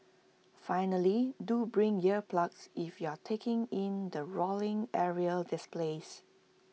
finally do bring ear plugs if you are taking in the roaring aerial displays